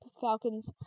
Falcons